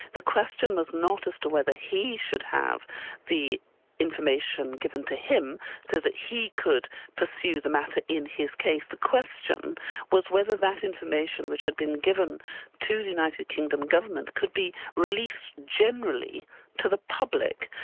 the question was not as to whether he should have the information given to him so that he could pursue the matter in his case, the question was whether that information which had been given to the united kingdom government, could be released generally to the public,